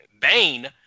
Bane